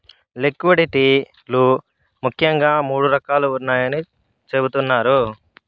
liquidity లు ముఖ్యంగా మూడు రకాలుగా ఉన్నాయని చెబుతున్నారు